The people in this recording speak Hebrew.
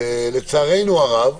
לצערנו הרב,